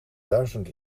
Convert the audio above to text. duizend